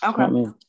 Okay